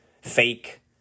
fake